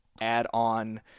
add-on